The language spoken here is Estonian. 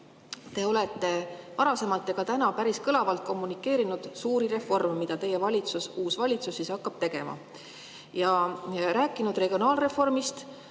Te olete varasemalt ja ka täna päris kõlavalt kommunikeerinud suuri reforme, mida teie valitsus, uus valitsus hakkab tegema, ning rääkinud regionaalreformist